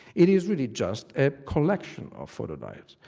it is really just a collection of photodiodes.